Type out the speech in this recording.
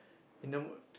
the number